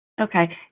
Okay